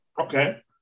Okay